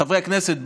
חברי הכנסת,